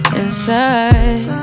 inside